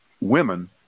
women